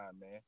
man